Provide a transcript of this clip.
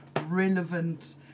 relevant